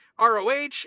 roh